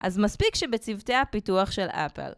אז מספיק שבצוותי הפיתוח של אפל